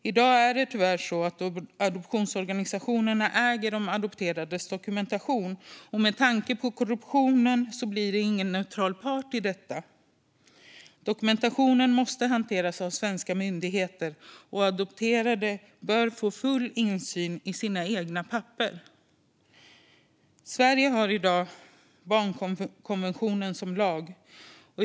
I dag är det tyvärr så att adoptionsorganisationerna äger de adopterades dokumentation, och med tanke på korruptionen blir de inte en neutral part i detta. Dokumentationen måste hanteras av svenska myndigheter, och de adopterade bör få full insyn i sina egna papper. Sverige har i dag barnkonventionen som lag.